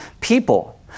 people